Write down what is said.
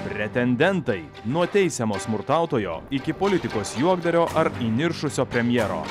pretendentai nuo teisiamo smurtautojo iki politikos juokdario ar įniršusio premjero